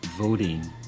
Voting